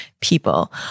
people